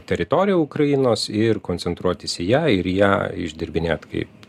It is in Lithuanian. teritoriją ukrainos ir koncentruotis į ją ir į ją išdirbinėt kaip